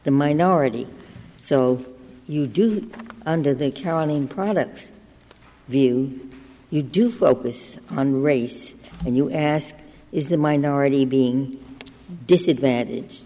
the minority so you do under the accounting product the you do focus on race and you ask is the minority being a disadvantage